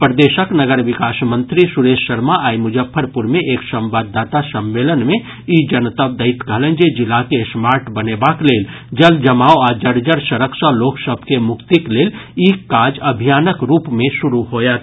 प्रदेशक नगर विकास मंत्री सुरेश शर्मा आइ मुजफ्फरपुर मे एक संवाददाता सम्मेलन मे ई जनतब दैत कहलनि जे जिला के स्मार्ट बनेबाक लेल जल जमाव आ जर्जर सड़क सँ लोक सभ के मुक्तिक लेल ई काज अभियानक रूप मे शुरू होयत